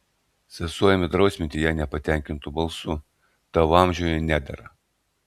sesuo ėmė drausminti ją nepatenkintu balsu tavo amžiuje nedera